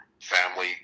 family